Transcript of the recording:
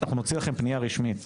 אנחנו נוציא לכם פנייה רשמית.